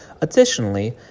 Additionally